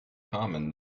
common